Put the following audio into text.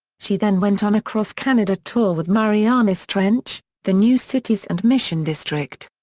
she then went on a cross-canada tour with marianas trench the new cities and mission district.